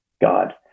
God